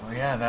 yeah,